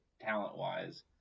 talent-wise